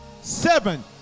Seven